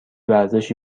ورزشی